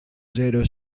zero